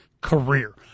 career